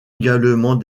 également